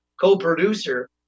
co-producer